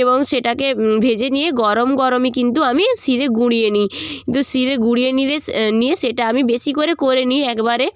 এবং সেটাকে ভেজে নিয়ে গরম গরমই কিন্তু আমি শিলে গুঁড়িয়ে নিই একটু শিলে গুঁড়িয়ে নিলে স্ নিয়ে সেটা আমি বেশি করে করে নিই একবারে